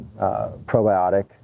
probiotic